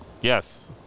Yes